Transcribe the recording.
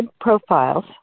profiles